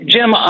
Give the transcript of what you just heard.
Jim